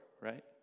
right